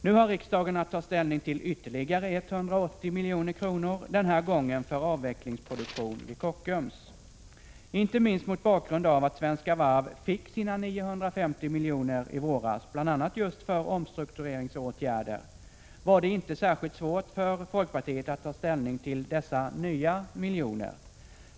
Nu har riksdagen att ta ställning till ytterligare 180 milj.kr., den här gången för avvecklingsproduktion vid Kockums. Inte minst mot bakgrund av att Svenska Varv fick sina 950 miljoner i våras, bl.a. just för omstruktureringsåtgärder, var det inte särskilt svårt för folkpartiet att ta ställning till dessa nya miljoner.